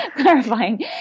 clarifying